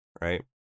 right